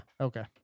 Okay